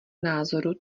názoru